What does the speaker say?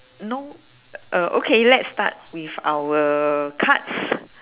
no uh okay let's start with our cards